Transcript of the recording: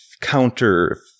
counter